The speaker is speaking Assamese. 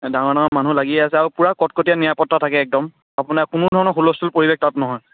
ডাঙৰ ডাঙৰ মানুহ লাগিয়ে আছে আৰু পূৰা কটকটীয়া নিৰাপত্তা থাকে একদম আপোনাৰ কোনো ধৰণৰ হুলস্থূল পৰিৱেশ তাত নহয়